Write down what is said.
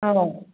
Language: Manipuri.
ꯑꯧ